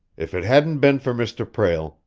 if it hadn't been for mr. prale,